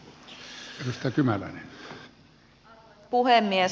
arvoisa puhemies